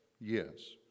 yes